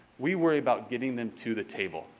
we worry about getting them to the table.